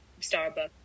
Starbucks